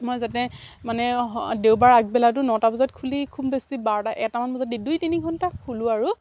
মই যাতে মানে দেওবাৰৰ আগবেলাটো নটা বজাত খুলি খুব বেছি বাৰটা এটামান বজাত দি দুই তিনি ঘণ্টা খোলোঁ আৰু